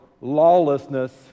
lawlessness